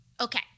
Okay